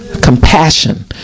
compassion